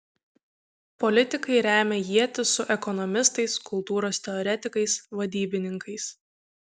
politikai remia ietis su ekonomistais kultūros teoretikais vadybininkais